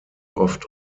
oft